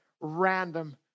random